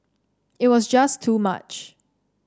it was just too much